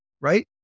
right